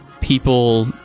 people